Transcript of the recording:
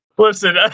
Listen